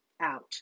out